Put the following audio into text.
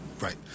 right